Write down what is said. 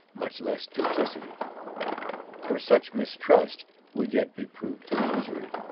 much less duplicity for such mistrust would yet be proved illusory,